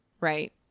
Right